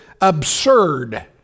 absurd